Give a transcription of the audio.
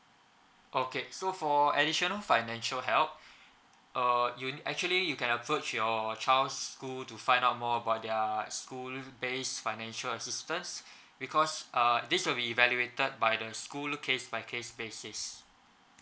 okay so for additional financial help uh you nee~ actually you can approach your child's school to find out more about their school base financial assistance because uh this will be evaluated by the school case by case basis